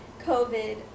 COVID